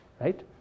right